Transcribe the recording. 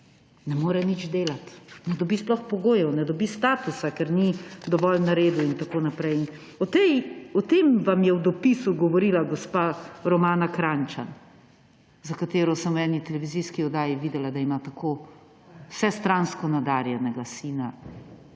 ne more nič delati, ne dobi sploh pogojev, ne dobi statusa, ker ni dovolj naredil in tako naprej. O tem vam je v dopisu govorila gospa Romana Krajnčan, za katero sem v neki televizijski oddaji videla, da ima tako vsestransko nadarjenega,